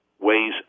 ways